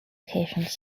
occasions